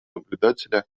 наблюдателя